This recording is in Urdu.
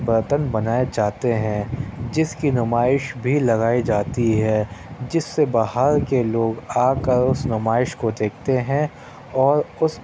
برتن بنائے جاتے ہیں جس کی نمائش بھی لگائی جاتی ہے جس سے باہر کے لوگ آکر اُس نمائش کو دیکھتے ہیں اور اُس